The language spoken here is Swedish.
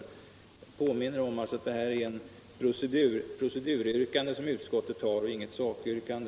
Jag påminner om att detta är ett proceduryrkande som utskottet har och inget sakyrkande.